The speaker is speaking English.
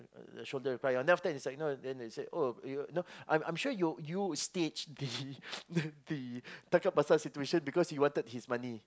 her shoulder to cry on then after that is like you know then they say oh you you know I I'm sure you you staged the the tangkap basah situation because you wanted his money